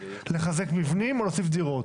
לחזק מבנים או להוסיף דירות?